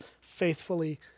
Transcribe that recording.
faithfully